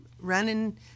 running